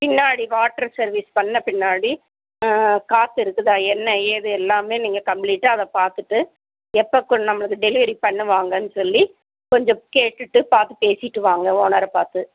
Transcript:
பின்னாடி water service பண்ண பின்னாடி காற்று இருக்குதா என்ன ஏது எல்லாமே நீங்கள் கம்ப்ளீட்டாக அதைப் பார்த்துட்டு எப்பைகு நம்மளுக்கு டெலிவரி பண்ணுவாங்கன்னு சொல்லி கொஞ்சம் கேட்டுகிட்டு பார்த்து பேசிவிட்டு வாங்க ஓனரைப் பார்த்து